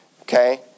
Okay